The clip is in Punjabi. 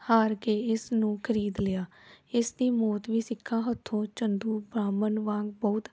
ਹਾਰ ਕੇ ਇਸ ਨੂੰ ਖਰੀਦ ਲਿਆ ਇਸ ਦੀ ਮੌਤ ਵੀ ਸਿੱਖਾਂ ਹੱਥੋਂ ਚੰਦੂ ਬ੍ਰਾਹਮਣ ਵਾਂਗ ਬਹੁਤ